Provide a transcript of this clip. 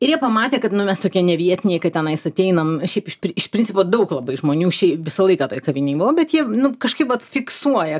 ir jie pamatė kad nu mes tokie nevietiniai kad tenais ateinam ir šiaip iš principo daug labai žmonių šiai visą laiką toj kavinėj buvo bet jie nu kažkaip vat fiksuoja